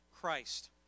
Christ